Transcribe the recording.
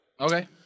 Okay